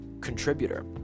contributor